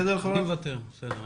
בוקר טוב